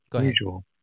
usual